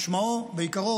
משמעו בעיקרו,